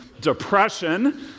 depression